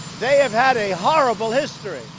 they have had a horrible history.